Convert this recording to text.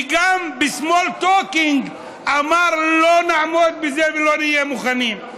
וגם ב-small talking הוא אמר: לא נעמוד בזה ולא נהיה מוכנים.